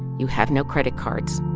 you have no credit cards,